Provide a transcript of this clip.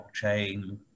blockchain